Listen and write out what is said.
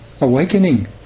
Awakening